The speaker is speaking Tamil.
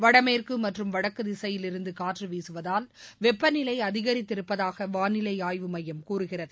வடமேற்கு மற்றும் வடக்கு திசையிலிருந்து காற்று வீசுவதால் வெப்பநிலை அதிகரித்திருப்பதாக வானிலை ஆய்வு மையம் கூறுகிறது